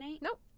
Nope